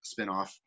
spinoff